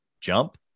jump